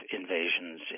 invasions